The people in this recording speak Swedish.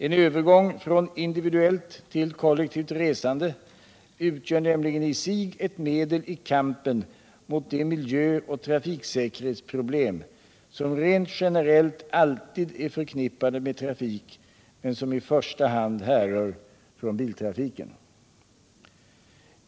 En övergång från individuellt till kollektivt resande utgör nämligen i sig ett medel i kampen mot de miljöoch trafiksäkerhetsproblem, som rent generellt alltid är förknippade med trafik men som i första hand härrör från biltrafiken.